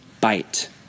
bite